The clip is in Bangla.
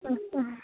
আচ্ছা